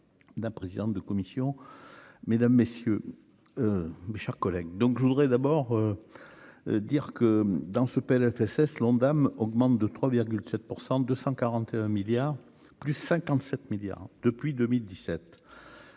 d'un président de commission, mesdames, messieurs, mes chers collègues, donc je voudrais d'abord dire que dans ce PLFSS l'Ondam augmente de 3,7 % de 141 milliards plus 57 milliards depuis 2017